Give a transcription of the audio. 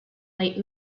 late